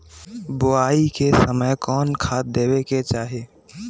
बोआई के समय कौन खाद देवे के चाही?